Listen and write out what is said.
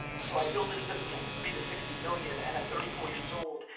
so i built this business from three to sixty million, and at thirty four years old,